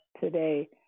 today